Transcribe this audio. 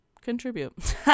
contribute